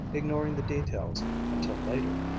ignoring the details until later,